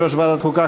יושב-ראש ועדת החוקה,